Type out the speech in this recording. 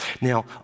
Now